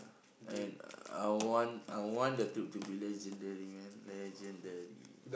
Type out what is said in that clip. and I want I want the trip to be legendary man legendary